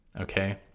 Okay